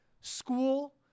school